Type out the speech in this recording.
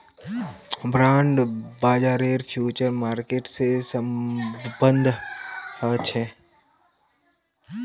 bond बाजारेर future market से सम्बन्ध ह छे